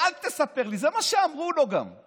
אני אסביר לך, זה מה שאמרו להורים שלי.